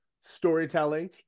storytelling